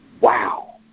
Wow